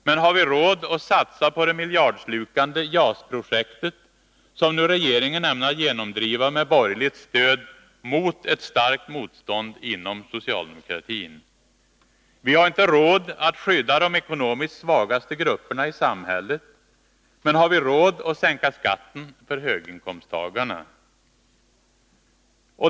Men har vi råd att satsa på det miljardslukande JAS-projektet, som nu regeringen ämnar genomdriva med borgerligt stöd mot ett starkt motstånd inom socialdemokratin? Vi har inte råd att skydda de ekonomiskt svagaste grupperna i samhället. Men har vi råd att sänka skatten för höginkomsttagarna?